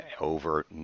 over